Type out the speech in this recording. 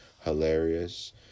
hilarious